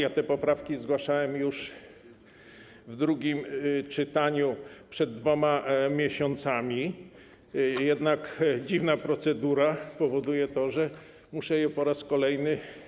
Ja te poprawki zgłaszałem już w drugim czytaniu przed 2 miesiącami, jednak dziwna procedura powoduje to, że muszę je zgłosić po raz kolejny.